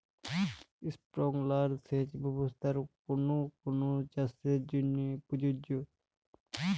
Sprinkler সেচ ব্যবস্থার কোন কোন চাষের জন্য প্রযোজ্য?